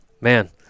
man